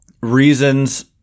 reasons